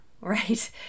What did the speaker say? right